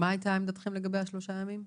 מה הייתה עמדתכם לגבי השלושה ימים?